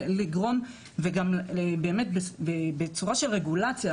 גם בצורה של רגולציה,